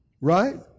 Right